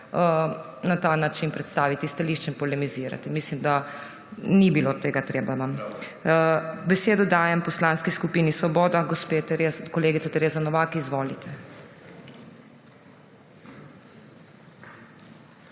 na ta način predstaviti stališče in polemizirati. Mislim, da vam ni bilo tega treba. Besedo dajem Poslanski skupini Svoboda. Kolegica Tereza Novak, izvolite.